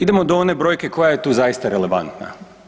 Idemo do one brojke koja je tu zaista relevantna.